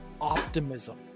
optimism